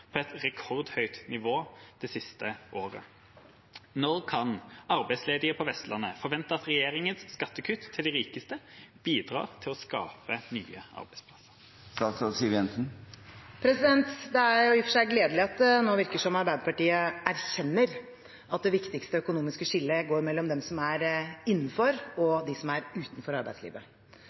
på et rekordhøyt nivå det siste året. Når kan arbeidsledige på Vestlandet forvente at regjeringens skattekutt til de rikeste bidrar til å skape nye arbeidsplasser?» Det er i og for seg gledelig at det nå virker som om Arbeiderpartiet erkjenner at det viktigste økonomiske skillet går mellom dem som er innenfor, og dem som er utenfor arbeidslivet.